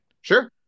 Sure